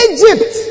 Egypt